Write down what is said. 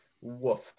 Woof